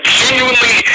genuinely